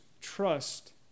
trust